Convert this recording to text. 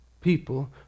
people